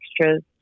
extras